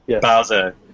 Bowser